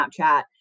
Snapchat